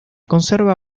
conserva